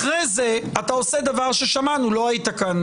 אחרי זה, אתה עושה דבר ששמענו לא היית כאן.